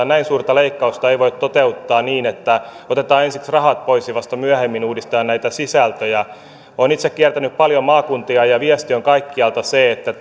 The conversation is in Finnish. näin suurta leikkausta ei voi toteuttaa niin että otetaan ensiksi rahat pois ja vasta myöhemmin uudistetaan näitä sisältöjä olen itse kiertänyt paljon maakuntia ja viesti on kaikkialta se että